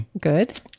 Good